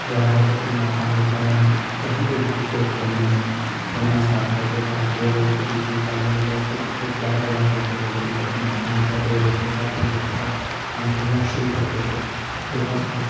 لہٰذا جب بھی موقع ملتا ہے ہم کہیں پہ بھی کرکٹ کھیلنے کھیلنا اسٹارٹ کر دیتے ہیں دو لوگوں کے بیچ میں چار لوگوں تو بس کرکٹ گیارہ لوگوں کا کھیل ہے لیکن جب بھی موقع ملتا ہے دو لوگ کے ساتھ تین لوگ کے ساتھ ہم کھیلنا شروع کر دیتے بیکاز